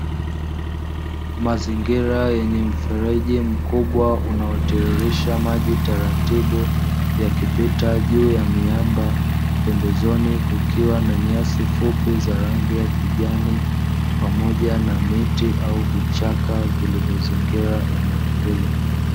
Mazingira yenye mfereji mkubwa unaotiririsha maji taratibu yakipita juu ya miamba, pembezoni kukiwa na nyasi fupi za rangi ya kijani pamoja na miti au vichaka vilivyo zilivyozingira eneo hilo.